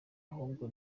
ahubwo